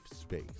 space